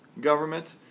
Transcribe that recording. government